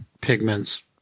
pigments